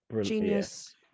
genius